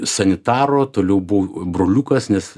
sanitaro toliau buvau broliukas nes